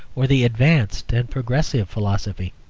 or the advanced and progressive philosophy.